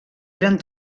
eren